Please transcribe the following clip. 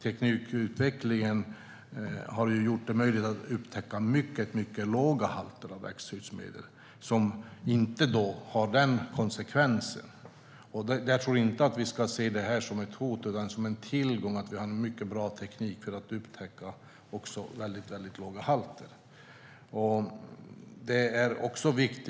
Teknikutvecklingen har gjort det möjligt att upptäcka mycket låga halter av växtskyddsmedel som inte har den konsekvensen. Vi ska inte se det som ett hot utan som en tillgång att vi har en mycket bra teknik för att upptäcka också väldigt låga halter.